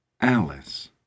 Alice